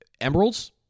emeralds